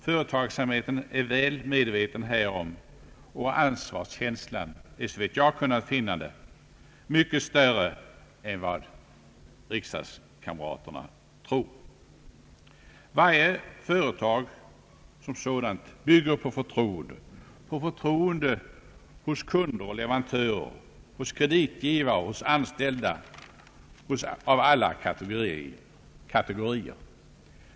Företagsamheten är väl medveten härom, och ansvarskänslan är såvitt jag har kunnat finna mycket större än vad riksdagskamraterna tror. Varje företag som sådant bygger på förtroende; på förtroende hos kunder och leverantörer, på förtroende hos kreditgivare och på förtroende hos anställda av alla kategorier.